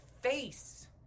face